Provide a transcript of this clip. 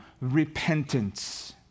repentance